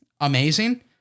amazing